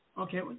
Okay